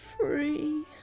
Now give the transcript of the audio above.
free